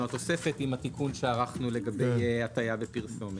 התוספת עם התיקון שערכנו לגבי הטעיה בפרסומת.